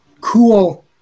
cool